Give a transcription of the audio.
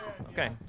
okay